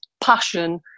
passion